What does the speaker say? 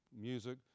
music